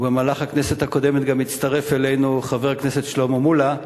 ובמהלך הכנסת הקודמת גם הצטרף אלינו חבר הכנסת שלמה מולה,